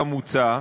כמוצע,